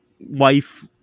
wife